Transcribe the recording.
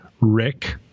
Rick